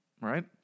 Right